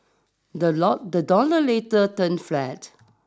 the dollar later turned flat